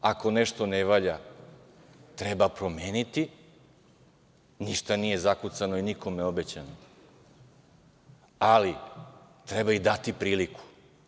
Ako nešto ne valja, treba promeniti, ništa nije zakucano i nikome obećano, ali treba im dati priliku.